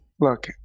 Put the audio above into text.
Look